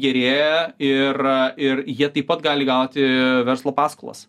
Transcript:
gerėja ir ir jie taip pat gali gauti verslo paskolas